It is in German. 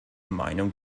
meinung